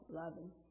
loving